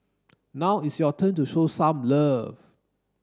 now it's your turn to show some love